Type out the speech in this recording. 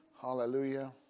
Hallelujah